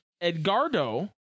Edgardo